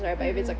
hmm